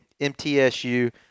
MTSU